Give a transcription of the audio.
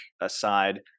aside